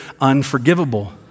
unforgivable